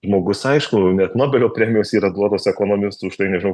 žmogus aišku net nobelio premijos yra duotos ekonomistų už tai nežinau